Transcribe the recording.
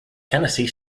tennessee